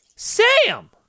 Sam